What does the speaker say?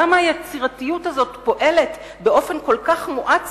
למה היצירתיות הזאת פועלת באופן כל כך מואץ